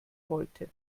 wollte